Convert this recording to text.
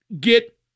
get